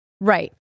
Right